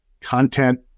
content